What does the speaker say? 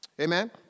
Amen